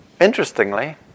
interestingly